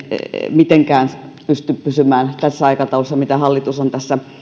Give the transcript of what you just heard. mitenkään pysty pysymään tässä aikataulussa mitä hallitus on tässä